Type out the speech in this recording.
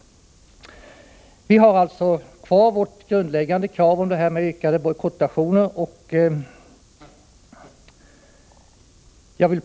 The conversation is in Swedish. Vi har alltså kvar vårt grundläggande krav om ökade bojkottaktioner.